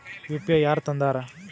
UPI ಯಾರ್ ತಂದಾರ?